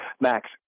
Max